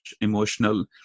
emotional